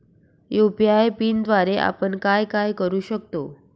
UPI पिनद्वारे आपण काय काय करु शकतो?